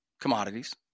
Commodities